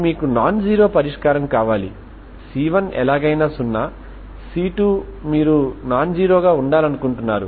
కాబట్టి హీట్ మార్పిడి సమస్యకు పరిష్కారం కనుగొనండి కనుక మీరు దీని మీద పని చేయవచ్చు